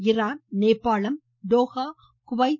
Iran நேபாளம் Doha Kuwait